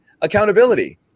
accountability